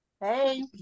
Hey